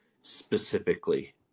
specifically